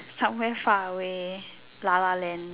somewhere far away lah lah land